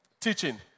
teaching